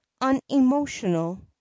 unemotional